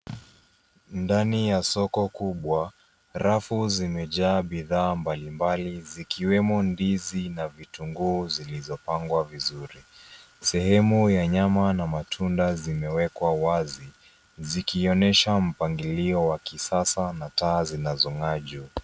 Ndani ya soko kubwa, rafu zimejaa bidhaa mbalimbali zikiwemo ndizi na vitunguu zilizopangwa vizuri. Sehemu ya nyama na matunda zimewekwa wazi zikionesha mpangilio wa kisasa na taa zinazong'aa juu.